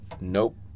nope